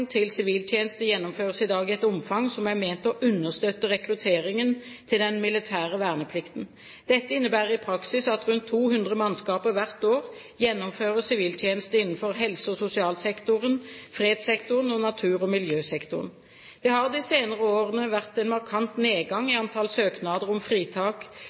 til siviltjeneste gjennomføres i dag i et omfang som er ment å understøtte rekrutteringen til den militære verneplikten. Dette innebærer i praksis at rundt 200 mannskaper hvert år gjennomfører siviltjeneste innenfor helse- og sosialsektoren, fredssektoren og natur- og miljøsektoren. Det har i de senere årene vært en markant nedgang i antall søknader om fritak